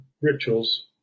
rituals